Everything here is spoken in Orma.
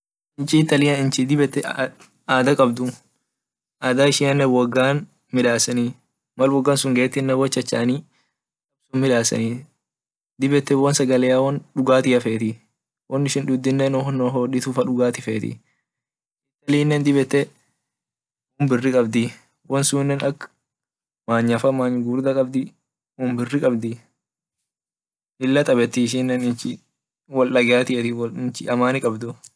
Inchi italia dib ete ada qabdi ada ishisane ada woga midasenu mal woga sun getine wochachani dib ete won sagale won dugatiafet won ishin dudhine won hoditu amine won birri qabd manya gugurda lila tabeti woldageti inchi amani qabd.